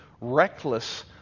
reckless